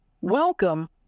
Welcome